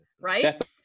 right